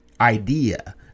idea